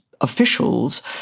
officials